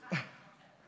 סליחה.